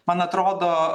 man atrodo